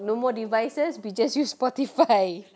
no more devices we just use Spotify